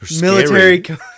military